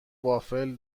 وافل